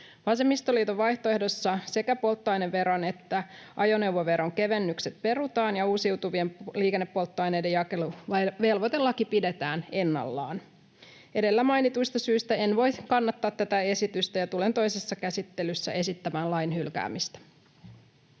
Vasemmistoliiton vaihtoehdossa sekä polttoaineveron että ajoneuvoveron kevennykset perutaan ja uusiutuvien liikennepolttoaineiden jakeluvelvoitelaki pidetään ennallaan. Edellä mainituista syistä en voi kannattaa tätä esitystä ja tulen toisessa käsittelyssä esittämään lain hylkäämistä.